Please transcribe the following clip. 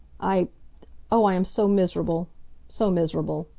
i oh! i am so miserable so miserable!